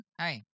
Hi